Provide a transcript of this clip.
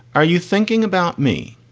are you thinking about me?